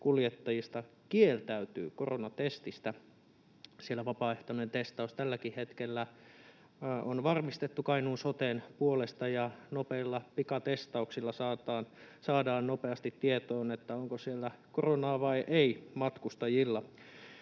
kuljettajista kieltäytyy koronatestistä. Siellä vapaaehtoinen testaus tälläkin hetkellä on varmistettu Kainuun soten puolesta, ja nopeilla pikatestauksilla saadaan nopeasti tietoon, onko siellä matkustajilla